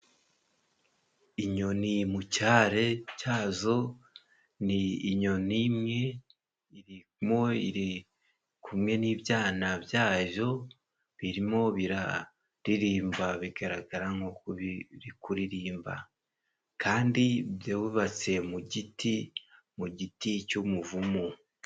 Inyoni mu cyare cyazo, ni inyoni imwe irimo iri kumwe n'ibyana byayo birimo biraririmba, bigaragara nk'uko biri kuririmba kandi byubatse mu giti, mu giti cy'umuvumu.